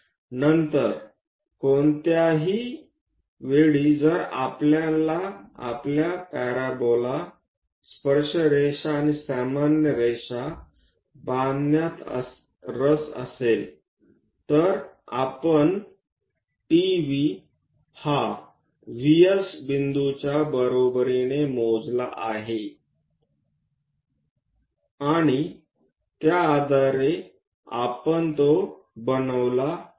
नंतर कोणत्याही वेळी जर आपल्याला पॅराबोला स्पर्शरेषा आणि सामान्य रेषा बांधण्यात रस असेल तर आपण TV हा VS बिंदूच्या बरोबरीने मोजला आहे आणि त्या आधारे आपण तो बनवला आहे